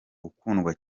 ukundwa